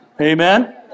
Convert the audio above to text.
Amen